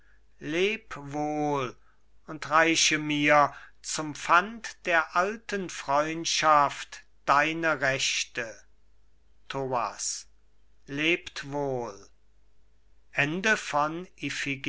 leb wohl und reiche mir zum pfand der alten freundschaft deine rechte thoas lebt wohl